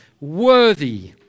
worthy